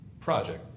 project